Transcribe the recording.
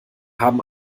haben